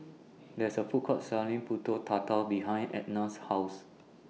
There IS A Food Court Selling Pulut Tatal behind Etna's House